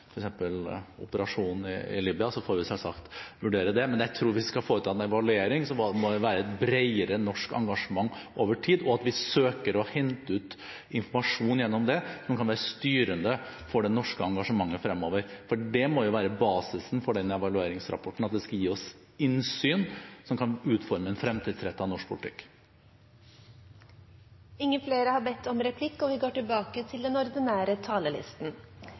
kortvarige operasjonen i Libya, får vi selvsagt vurdere det. Men jeg tror at hvis vi skal foreta en evaluering, må det være et bredere norsk engasjement over tid, og at vi gjennom den søker å hente ut informasjon som kan være styrende for det norske engasjementet fremover – for det må jo være basisen for den evalueringsrapporten, at det skal gi oss innsyn som kan utforme en fremtidsrettet norsk politikk. Replikkordskiftet er omme. Jeg vil først få takke for innlegg og for støtte som understrekes til den